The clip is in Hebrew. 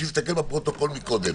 שיסתכל בפרוטוקול מקודם,